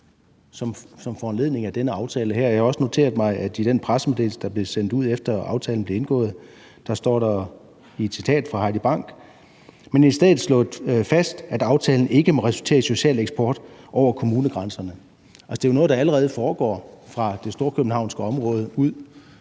som følge af den her aftale. Jeg har også noteret mig, at der i den pressemeddelelse, der blev sendt ud, efter aftalen blev indgået, står et citat fra Heidi Bank: ... men i stedet slået fast, at aftalen ikke må resultere i social eksport over kommunegrænserne. Altså, det er jo noget, der allerede foregår fra det storkøbenhavnske område ud